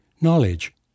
Knowledge